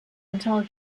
until